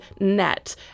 net